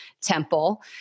Temple